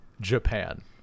Japan